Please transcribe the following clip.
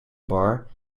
bar